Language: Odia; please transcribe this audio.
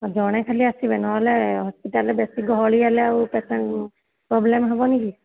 ଜଣେ ଖାଲି ଆସିବେ ନହେଲେ ହସ୍ପିଟାଲ୍ରେ ବେଶୀ ଗହଳି ହେଲେ ଆଉ ପେସେଣ୍ଟ୍ ପ୍ରୋବ୍ଲେମ୍ ହବନି କି